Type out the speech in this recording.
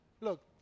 look